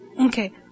Okay